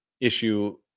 issue